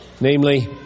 Namely